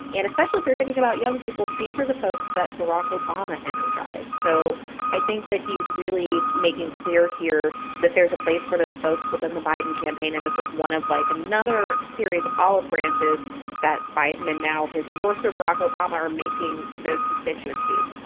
and especially if you're thinking about young people, these are the folks that barack obama energized. so i think that he's really making clear here that there's a place for those folks within the biden campaign, and this is one of, like, another series of olive branches that biden, and now his endorser barack obama, are making to those constituencies.